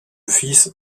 fils